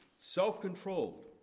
self-controlled